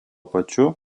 pačiu